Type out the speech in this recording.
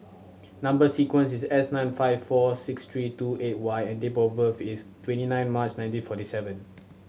number sequence is S nine five four six three two eight Y and date of birth is twenty nine March nineteen forty seven